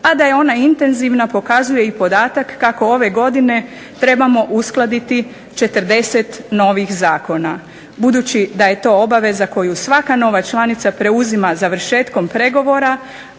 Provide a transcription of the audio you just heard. a da je ona intenzivna pokazuje i podatak kako ove godine trebamo uskladiti 40 novih zakona. Budući da je to obaveza koju svaka nova članica preuzima završetkom pregovora,